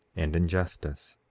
and in justice,